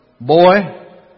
Boy